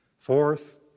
Fourth